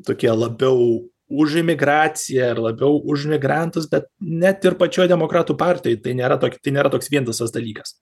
tokie labiau už imigraciją ir labiau už migrantus bet net ir pačioj demokratų partijoj tai nėra tokia tai nėra toks vientisas dalykas